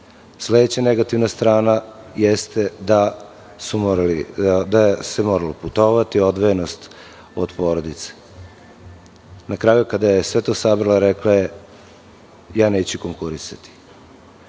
Sledeća negativna strana jeste da se moralo putovati, odvojenost od porodica. Na kraju, kada je sve to sabrala, rekla je – ja neću konkurisati.